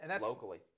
locally